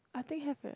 I think have eh